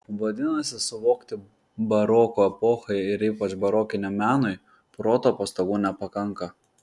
vadinasi suvokti baroko epochai ir ypač barokiniam menui proto pastangų nepakanka